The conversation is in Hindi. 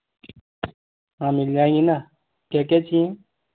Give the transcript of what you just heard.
हाँ मिल जाएँगी ना क्या क्या चाहिए